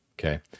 Okay